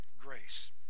grace